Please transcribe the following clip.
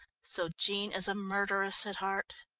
so jean is a murderess at heart?